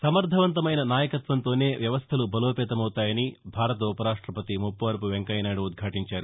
సమర్దవంతమైన నాయకత్వంతోనే వ్యవస్థలు బలోపేతమవుతాయని భారత ఉపరాష్టపతి ముప్పవరపు వెంకయ్యనాయుడు ఉదాదించారు